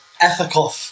ethical